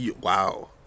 Wow